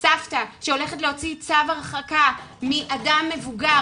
סבתא שהולכת להוציא צו הרחקה מאדם מבוגר,